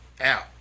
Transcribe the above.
Out